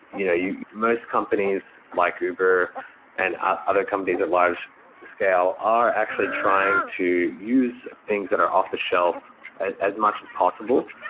you know most companies like uber and other companies at large scale are actually trying to use things that are off-the-shelf as much as possible.